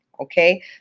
Okay